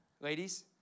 ladies